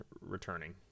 returning